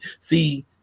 See